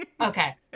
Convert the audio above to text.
Okay